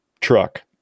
truck